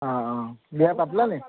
অঁ অঁ বিয়া পাতিলা নে